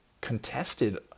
contested